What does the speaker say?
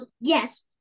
Yes